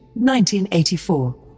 1984